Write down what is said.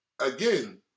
again